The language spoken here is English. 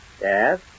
Yes